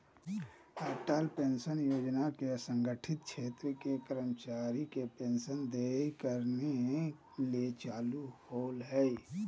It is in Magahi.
अटल पेंशन योजना के असंगठित क्षेत्र के कर्मचारी के पेंशन देय करने ले चालू होल्हइ